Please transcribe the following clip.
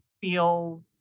feel